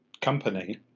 company